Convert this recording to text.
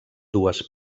dues